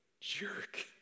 jerk